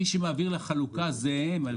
מי שמעביר לחלוקה זה הם,